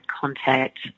contact